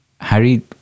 Harry